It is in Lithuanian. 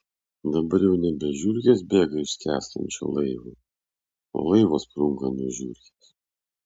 dabar jau nebe žiurkės bėga iš skęstančio laivo o laivas sprunka nuo žiurkės